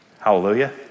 Hallelujah